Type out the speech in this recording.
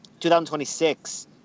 2026